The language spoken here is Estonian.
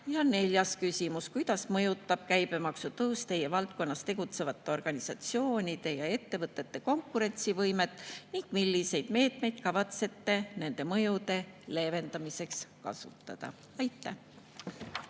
Ja neljas küsimus: kuidas mõjutab käibemaksu tõus teie valdkonnas tegutsevate organisatsioonide ja ettevõtete konkurentsivõimet ning milliseid meetmeid kavatsete nende mõjude leevendamiseks kasutada? Aitäh!